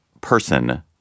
person